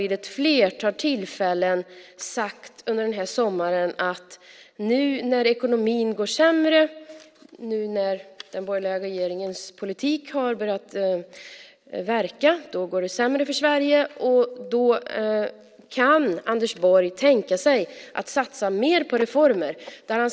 Vid ett flertal tillfällen under sommaren har han sagt att när ekonomin nu går sämre - när den borgerliga regeringens politik har börjat verka går det sämre för Sverige - kan han tänka sig att satsa mer på reformer.